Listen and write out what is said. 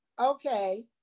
okay